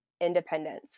independence